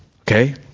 Okay